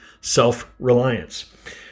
Self-Reliance